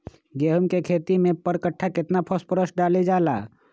गेंहू के खेती में पर कट्ठा केतना फास्फोरस डाले जाला?